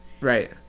Right